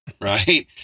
right